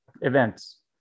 events